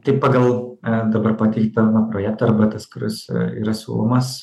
tai pagal dabar pateiktą na projektą arba tas kuris yra siūlomas